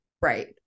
right